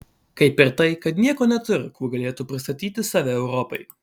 kaip ir tai kad nieko neturi kuo galėtų pristatyti save europai